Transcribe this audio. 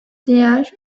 diğer